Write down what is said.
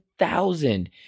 thousand